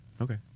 Okay